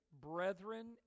brethren